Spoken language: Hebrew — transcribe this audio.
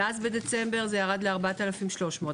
בדצמבר ירד ל-4,300.